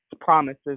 promises